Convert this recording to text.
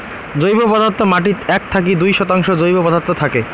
জৈব পদার্থ মাটিত এক থাকি দুই শতাংশ জৈব পদার্থ থাকে